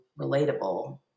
relatable